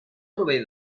rovell